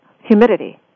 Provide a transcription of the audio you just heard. humidity